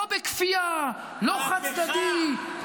לא בכפייה, לא חד-צדדי.